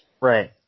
right